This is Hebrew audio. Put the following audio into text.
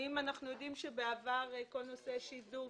בכל נושא השידוף,